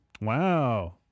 wow